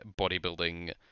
bodybuilding